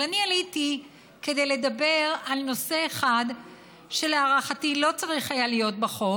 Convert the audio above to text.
אבל אני עליתי כדי לדבר על נושא אחד שלהערכתי לא צריך היה להיות בחוק.